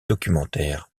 documentaire